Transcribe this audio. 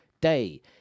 day